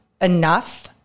enough